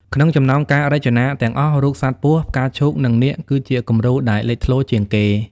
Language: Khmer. ក្នុងចំណោមការរចនាទាំងអស់ រូបសត្វពស់ ផ្កាឈូក និងនាគ គឺជាគំរូដែលលេចធ្លោជាងគេ។